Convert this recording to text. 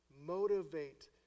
motivate